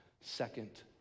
Second